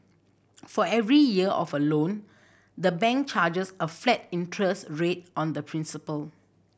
for every year of a loan the bank charges a flat interest rate on the principal